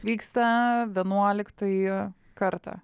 vyksta vienuoliktąjį kartą